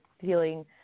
feeling